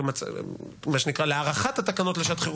לקריאה ראשונה,